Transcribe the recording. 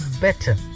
better